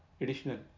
additional